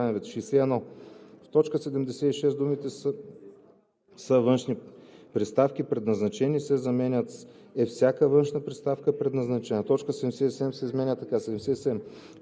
В т. 76 думите „са външни приставки, предназначени“ се заменят с „е всяка външна приставка, предназначена“. 62. Точка 77 се изменя така: